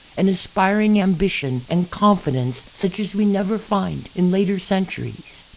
an aspiring ambition and confidence such as we never find in later centuries.